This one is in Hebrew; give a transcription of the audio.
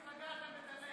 על איזו מפלגה אתה מדבר?